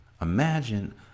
Imagine